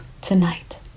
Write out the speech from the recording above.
tonight